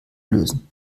lösen